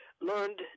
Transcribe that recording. learned